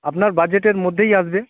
আপনার বাজেটের মধ্যেই আসবে